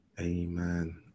Amen